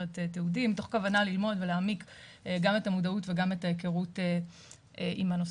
מתוך כוונה ללמוד ולהעמיק גם את המודעות וגם את ההיכרות עם הנושא.